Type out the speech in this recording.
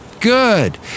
Good